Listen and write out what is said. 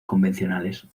convencionales